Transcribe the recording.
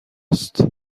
است